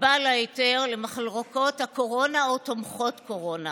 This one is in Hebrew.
הוגבל ההיתר למחלקות קורונה או תומכות קורונה.